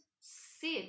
sit